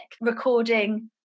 recording